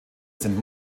sind